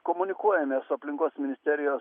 komunikuojame su aplinkos ministerijos